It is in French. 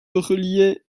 reliait